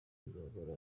kuzamura